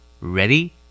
Ready